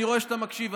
אני רואה שאתה מקשיב,